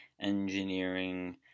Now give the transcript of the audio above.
engineering